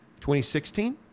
2016